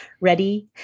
ready